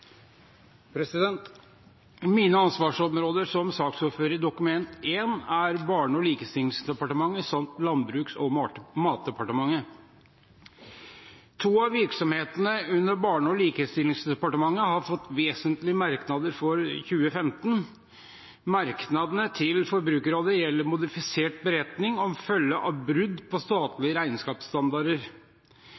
Barne- og likestillingsdepartementet samt Landbruks- og matdepartementet. To av virksomhetene under Barne- og likestillingsdepartementet har fått vesentlige merknader for 2015. Merknadene til Forbrukerrådet gjelder modifisert beretning som følge av brudd på